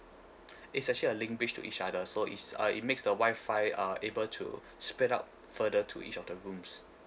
it's actually a link bridge to each other so it's uh it makes the wifi uh able to spread out further to each of the rooms